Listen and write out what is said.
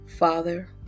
Father